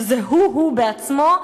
שזה הוא-הוא עצמו,